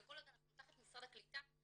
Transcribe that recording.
וכל עוד אנחנו תחת משרד הקליטה,